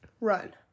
run